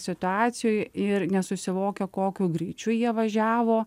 situacijoj ir nesusivokia kokiu greičiu jie važiavo